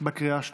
בקריאה השנייה.